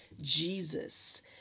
jesus